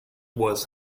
was